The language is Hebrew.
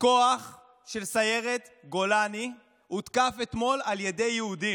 כוח של סיירת גולני הותקף אתמול על ידי יהודים.